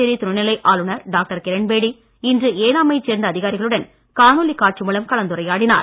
புதுச்சேரி துணைநிலை ஆளுநர் டாக்டர் கிரண் பேடி இன்று ஏனாமைச் சேர்ந்த அதிகாரிகளுடன் காணொளிக் காட்சி மூலம் கலந்துரையாடினார்